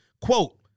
Quote